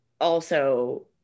also-